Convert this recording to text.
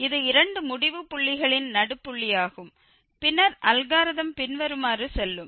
இது இரண்டு முடிவு புள்ளிகளின் நடுப்புள்ளியாகும் பின்னர் அல்காரிதம் பின்வருமாறு செல்லும்